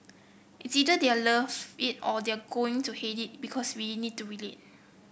it's either they're love it or they are going to hate it because we need to relate